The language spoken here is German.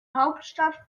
hauptstadt